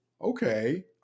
okay